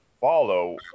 follow